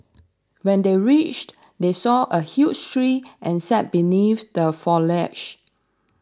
when they reached they saw a huge tree and sat beneath the foliage